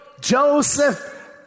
Joseph